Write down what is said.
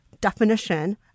definition